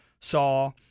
saw